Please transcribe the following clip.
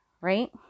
right